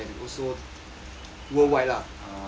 worldwide lah